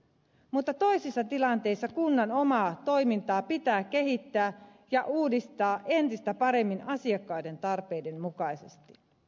mutta toisissa tilanteissa kunnan omaa toimintaa pitää kehittää ja uudistaa entistä paremmin asiakkaiden tarpeiden mukaisesti